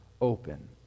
open